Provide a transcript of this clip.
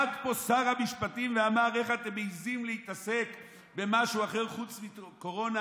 עמד פה שר המשפטים ואמר: איך אתם מעיזים להתעסק במשהו אחר חוץ מקורונה,